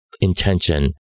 intention